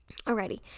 Alrighty